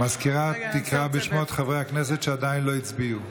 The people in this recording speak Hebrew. המזכירה תקרא בשמות חברי הכנסת שעדיין לא הצביעו.